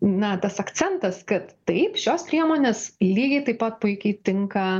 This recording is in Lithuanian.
na tas akcentas kad taip šios priemonės lygiai taip pat puikiai tinka